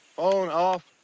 on off.